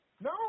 No